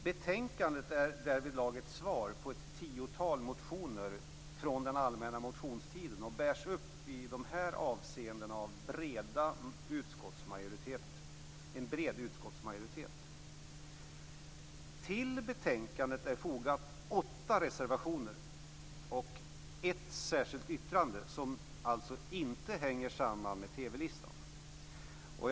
Betänkandet är därvidlag ett svar på ett tiotal motioner från den allmänna motionstiden och bärs i dessa avseenden upp av en bred utskottsmajoritet. Till betänkandet är åtta reservationer och ett särskilt yttrande fogade som alltså inte hänger samman med TV-listan.